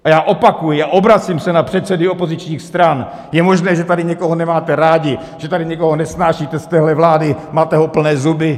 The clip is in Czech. A já opakuji a obracím se na předsedy opozičních stran: Je možné, že tady někoho nemáte rádi, že tady někoho nesnášíte z téhle vlády, máte ho plné zuby.